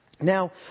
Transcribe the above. Now